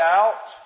out